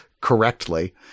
correctly